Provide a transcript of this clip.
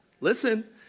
Listen